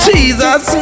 Jesus